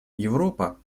европа